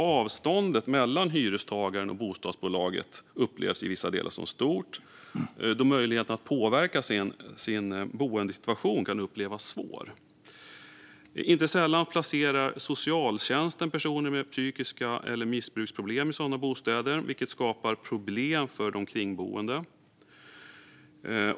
Avståndet mellan hyrestagaren och bostadsbolaget upplevs i vissa delar stort då möjligheten att påverka sin boendesituation kan vara liten. Inte sällan placerar socialtjänsten personer med psykiska problem eller missbruksproblem i sådana bostäder, vilket skapar problem för de kringboende.